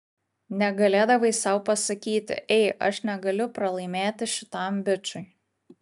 negalėdavai sau pasakyti ei aš negaliu pralaimėti šitam bičui